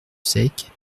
sec